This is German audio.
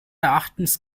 erachtens